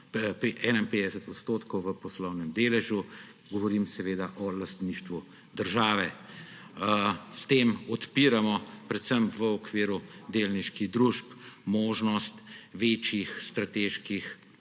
51 % v poslovnem deležu, govorim seveda o lastništvu države. S tem odpiramo predvsem v okviru delniških družb možnost večjih strateških